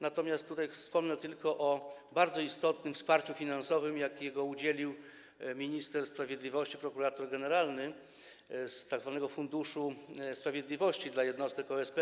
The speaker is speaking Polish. Natomiast tutaj wspomnę tylko o bardzo istotnym wsparciu finansowym, jakiego udzielił minister sprawiedliwości prokurator generalny z tzw. Funduszu Sprawiedliwości jednostkom OSP.